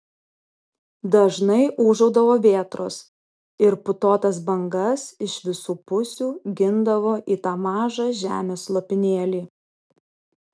dažnai ūžaudavo vėtros ir putotas bangas iš visų pusių gindavo į tą mažą žemės lopinėlį